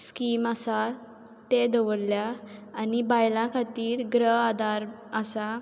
scheme आसा ते दवरल्या आनी बायलां खातीर गृह आदार आसा